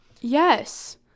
yes